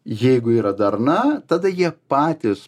jeigu yra darna tada jie patys